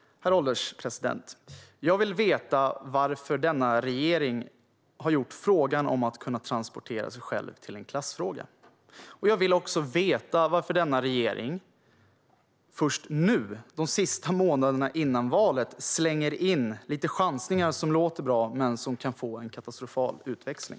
Herr ålderspresident! Jag vill veta varför denna regering har gjort frågan om att kunna transportera sig själv till en klassfråga. Jag vill också veta varför denna regering först nu de sista månaderna före valet slänger in lite chansningar som låter bra men som kan få en katastrofal utväxling.